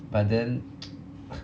but then